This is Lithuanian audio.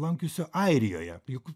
lankiusio airijoje juk